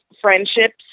friendships